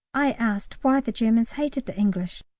i asked why the germans hated the english,